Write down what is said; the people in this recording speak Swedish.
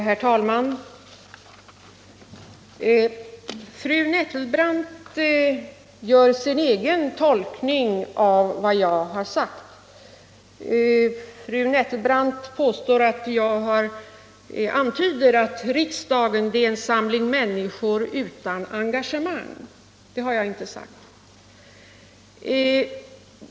Herr talman! Fru Nettelbrandt gör sin egen tolkning av vad jag har sagt. Fru Nettelbrandt påstår att jag antyder att riksdagen är en samling människor utan engagemang. Det har jag inte sagt.